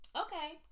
Okay